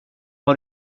har